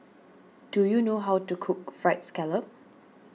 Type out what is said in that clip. do you know how to cook Fried Scallop